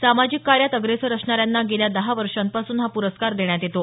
सामाजिक कार्यात अग्रेसर असणाऱ्यांना गेल्या दहा वर्षांपासून हा प्रस्कार देण्यात येतो